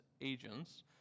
agents